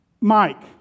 Mike